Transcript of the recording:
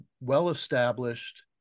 well-established